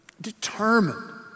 determined